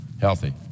healthy